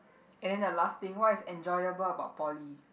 and then the last thing what is enjoyable about poly